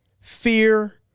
fear